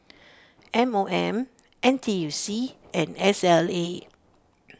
M O M N T U C and S L A